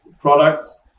products